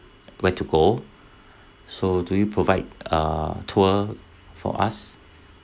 where to go so do you provide a tour for us